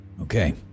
Okay